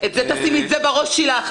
את זה תשימי בראש שלך.